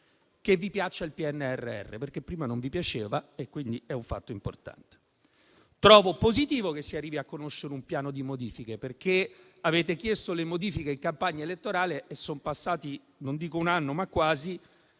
che vi piaccia il PNRR, perché prima non vi piaceva e quindi è un fatto importante. Trovo positivo che si arrivi a conoscere un piano di modifiche, perché avete chiesto le modifiche in campagna elettorale ed è passato quasi un anno e oggi